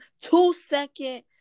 two-second